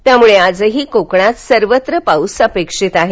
त्यामुळे आजही कोकणात सर्वत्र पाऊस अपेक्षित आहे